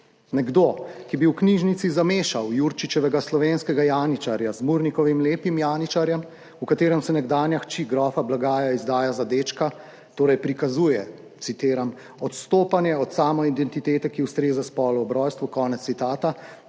Nekoga, ki bi v knjižnici zamešal Jurčičevega slovenskega janičarja z Murnikovim Lepim janičarjem, v katerem se nekdanja hči grofa Blagaja izdaja za dečka, torej prikazuje, citiram, »odstopanje od samoidentitete, ki ustreza spolu ob rojstvu«, in ga